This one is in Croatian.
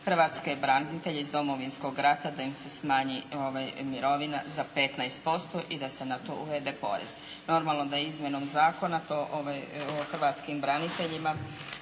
hrvatske branitelje iz Domovinskog rata da im se smanji mirovina za 15Ž% i da se na to uvede porez. Normalno da je izmjenom zakona to hrvatskim braniteljima